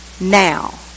now